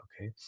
Okay